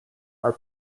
are